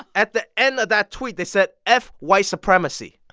at the end of that tweet, they said, f white supremacy.